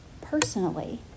personally